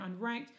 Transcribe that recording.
unranked